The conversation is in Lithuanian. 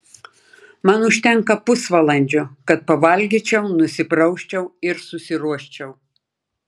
man užtenka pusvalandžio kad pavalgyčiau nusiprausčiau ir susiruoščiau